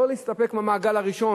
לא להסתפק במעגל הראשון.